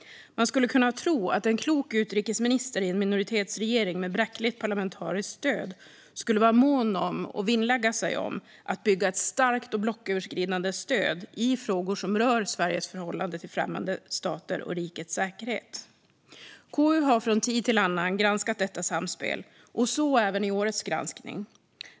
Man skulle kunna tro att en klok utrikesminister i en minoritetsregering med bräckligt parlamentariskt stöd skulle vara mån om och vinnlägga sig om att bygga ett starkt och blocköverskridande stöd i frågor som rör Sveriges förhållande till främmande stater och rikets säkerhet. KU har från tid till annan granskat detta samspel, så även i årets granskning.